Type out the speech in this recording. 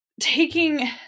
taking